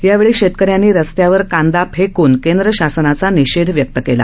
या वेळी शेतकऱ्यांनी रस्त्यावर कांदा फेकून केंद्र शासनाचा निषेध व्यक्त केला